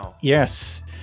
Yes